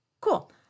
Cool